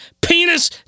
penis